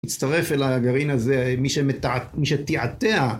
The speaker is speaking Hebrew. להצטרף אל הגרעין הזה, מי שתיעתע.